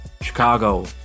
chicago